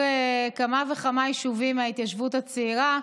כמה וכמה יישובים מההתיישבות הצעירה.